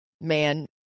man